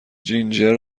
جینجر